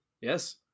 Yes